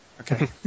Okay